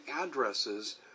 addresses